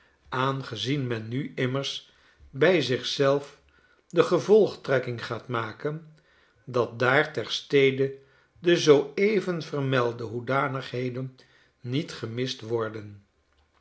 aangezien men nu immers bu zich zelf de gevolgtrekking gaat maken dat daar ter stede de zoo even vermelde hoedanigheden niet gemist worden